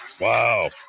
Wow